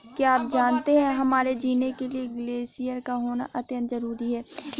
क्या आप जानते है हमारे जीने के लिए ग्लेश्यिर का होना अत्यंत ज़रूरी है?